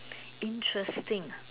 interesting